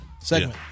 segment